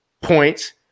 points